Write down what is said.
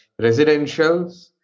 residentials